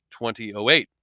2008